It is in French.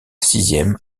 sixième